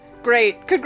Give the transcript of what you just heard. Great